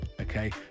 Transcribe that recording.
okay